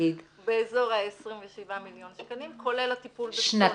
באזור ה-27 מיליון שקלים, כולל הטיפול בפסולת.